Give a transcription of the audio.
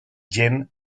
jean